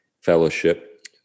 fellowship